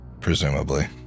Presumably